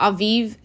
Aviv